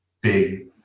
big